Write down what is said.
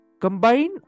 Combine